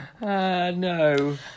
no